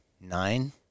nine